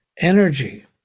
energy